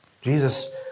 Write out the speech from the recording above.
Jesus